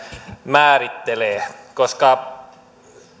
määrittelee